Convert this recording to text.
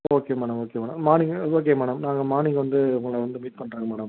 okay madam okay madam morning okay madam நாங்கள் morning வந்து உங்களை வந்து மீட் பண்ணுறேங்க மேடம்